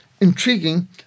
intriguing